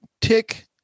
Tick